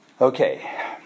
Okay